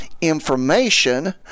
information